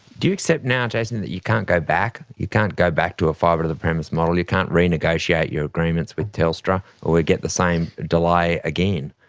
do you accept now, jason, that you can't go back, you can't go back to a fibre-to-the-premise model, you can't renegotiate your agreements with telstra, or we'll get the same delay again?